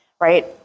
right